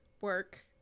work